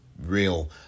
Real